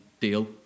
deal